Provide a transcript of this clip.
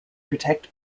protect